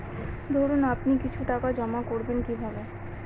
ধরুন আপনি কিছু টাকা জমা করবেন কিভাবে?